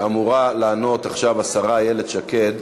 אמורה לענות עכשיו השרה איילת שקד.